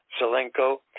Zelenko